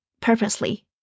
purposely